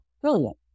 Brilliant